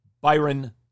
Byron